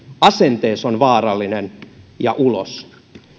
asentees on vaarallinen ulos